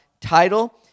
Title